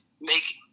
make